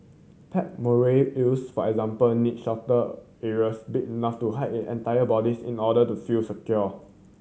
pet moray eels for example need shelter areas big enough to hide it entire bodies in order to feel secure